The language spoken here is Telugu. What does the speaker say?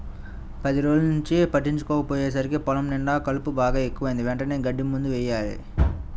పది రోజుల్నుంచి పట్టించుకోకపొయ్యేసరికి పొలం నిండా కలుపు బాగా ఎక్కువైంది, వెంటనే గడ్డి మందు యెయ్యాల